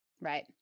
Right